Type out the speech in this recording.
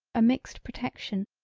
a mixed protection,